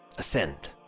ascend